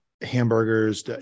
hamburgers